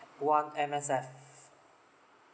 one M_S_F